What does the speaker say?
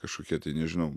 kažkokie tai nežinau